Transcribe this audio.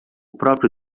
próprio